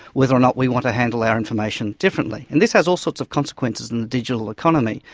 whether or not we want to handle our information differently. and this has all sorts of consequences in the digital economy,